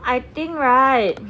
I think right